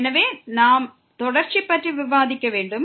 எனவே நாம் தொடர்ச்சி பற்றி விவாதிக்க வேண்டும்